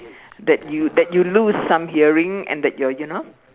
that you that you lose some hearing and that your you know